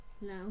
No